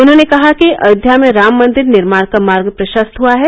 उन्होंने कहा कि अयोध्या में राम मंदिर निर्माण का मार्ग प्रशस्त हआ है